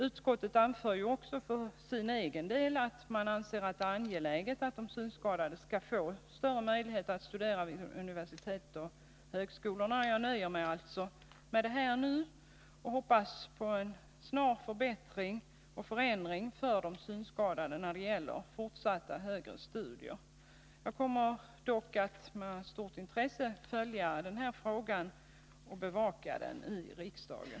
Utskottet anför också att man anser det angeläget att synskadade skall få större möjlighet att studera vid universitet och högskolor, och jag får alltså nu nöja mig med detta och hoppas på en snar förbättring och förändring för de synskadade när det gäller fortsatta högre studier. Jag kommer dock att med stort intresse följa den här frågan och bevaka den i riksdagen.